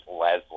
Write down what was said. Leslie